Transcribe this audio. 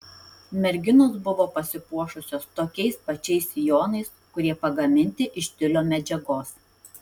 merginos buvo pasipuošusios tokiais pačiais sijonais kurie pagaminti iš tiulio medžiagos